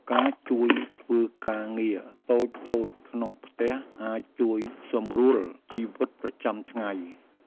ការជួយធ្វើការងារតូចៗក្នុងផ្ទះអាចជួយសម្រួលជីវិតប្រចាំថ្ងៃ។